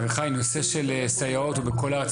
אביחי הנושא של סייעות הוא בכל הארץ,